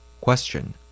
Question